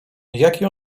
jaki